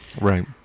Right